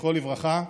זכרו לברכה,